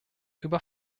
über